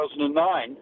2009